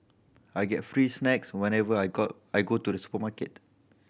I get free snacks whenever I got I go to the supermarket